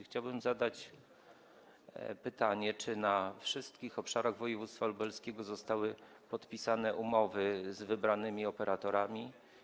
Chciałbym zadać pytanie, czy na wszystkich obszarach województwa lubelskiego zostały podpisane umowy z wybranymi operatorami.